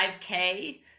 5k